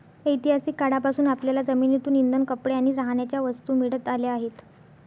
ऐतिहासिक काळापासून आपल्याला जमिनीतून इंधन, कपडे आणि राहण्याच्या वस्तू मिळत आल्या आहेत